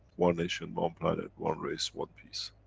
one nation, one planet, one race, one peace.